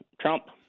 Trump